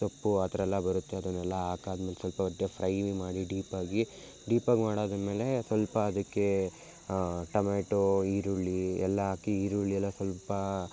ಸೊಪ್ಪು ಆ ಥರಯೆಲ್ಲ ಬರುತ್ತೆ ಅದನ್ನೆಲ್ಲ ಹಾಕಾದ ಮೇಲೆ ಸ್ವಲ್ಪ ಹೊತ್ತು ಫ್ರೈ ಮಾಡಿ ಡೀಪಾಗಿ ಡೀಪಾಗಿ ಮಾಡಾದ ಮೇಲೆ ಸ್ವಲ್ಪ ಅದಕ್ಕೆ ಟಮೆಟೋ ಈರುಳ್ಳಿ ಎಲ್ಲ ಹಾಕಿ ಈರುಳ್ಳಿ ಎಲ್ಲ ಸ್ವಲ್ಪ